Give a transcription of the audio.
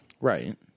Right